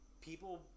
People –